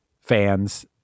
fans